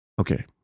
Okay